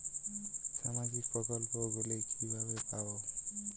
সামাজিক প্রকল্প গুলি কিভাবে পাব?